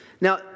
Now